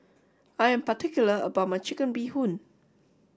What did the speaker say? I am particular about my Chicken Bee Hoon